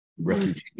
Refugees